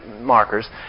markers